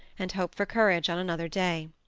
and hope for courage on another day.